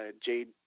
Jade